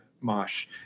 mosh